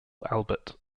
albert